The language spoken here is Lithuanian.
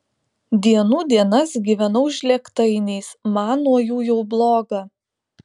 dienų dienas gyvenau žlėgtainiais man nuo jų jau bloga